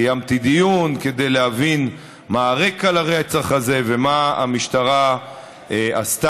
קיימתי דיון כדי להבין מה הרקע לרצח הזה ומה המשטרה עשתה